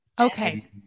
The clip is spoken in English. Okay